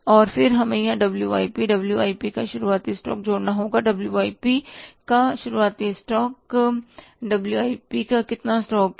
और फिर हमें यहाँ WIP डब्ल्यू आई पी का शुरुआती स्टॉक जोड़ना होगा WIP डब्ल्यू आई पी का शुरुआती stock WIP W I P का कितना स्टॉक है